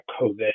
COVID